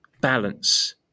Balance